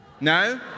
No